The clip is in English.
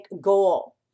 goal